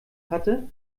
hatte